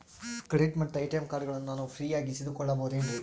Credit ಮತ್ತ ATM ಕಾರ್ಡಗಳನ್ನ ನಾನು ಫ್ರೇಯಾಗಿ ಇಸಿದುಕೊಳ್ಳಬಹುದೇನ್ರಿ?